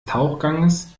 tauchgangs